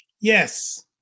Yes